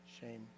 shame